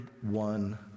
one